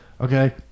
okay